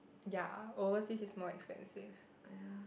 ya overseas is more expensive